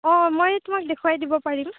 অঁ মই তোমাক দেখুৱাই দিব পাৰিম